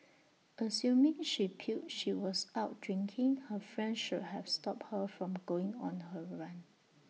assuming she puked she was out drinking her friend should have stopped her from going on her rant